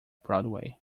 broadway